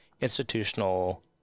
institutional